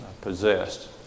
possessed